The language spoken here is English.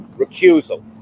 Recusal